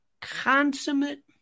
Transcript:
Consummate